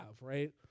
right